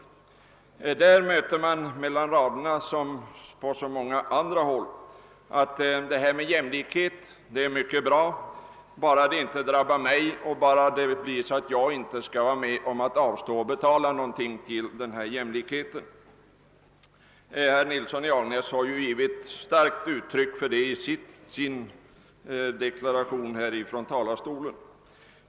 I den möter man mellan raderna, som många andra gånger, tanken ati »detta med jämlikhet är mycket bra, bara det inte drabbar mig och bara jag inte behöver betala någonting för det». Herr Nilsson i Agnäs har givit klart uttryck åt den uppfattningen i sin deklaration härifrån talarstolen.